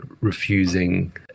refusing